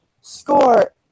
score